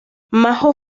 majo